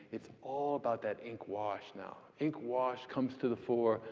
it's all about that ink wash now. ink wash comes to the fore,